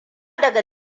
daga